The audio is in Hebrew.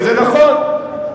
וזה נכון,